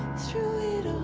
through it